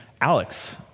Alex